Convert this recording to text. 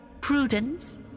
Prudence